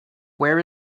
where